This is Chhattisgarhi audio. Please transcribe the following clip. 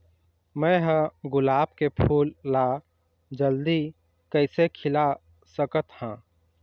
मैं ह गुलाब के फूल ला जल्दी कइसे खिला सकथ हा?